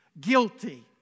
guilty